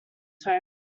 tone